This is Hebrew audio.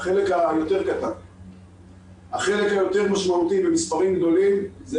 החלק היותר משמעותי במספרים גדולים זה